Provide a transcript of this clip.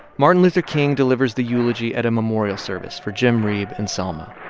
martin luther king delivers the eulogy at a memorial service for jim reeb in selma.